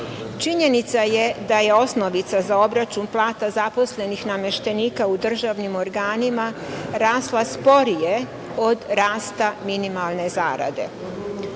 organa. Činjenica je da je osnovica za obračun plata zaposlenih nameštenika u državnim organima rasla sporije od rasta minimalne zarade.